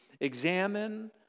examine